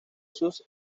sus